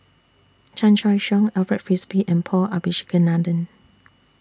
Chan Choy Siong Alfred Frisby and Paul Abisheganaden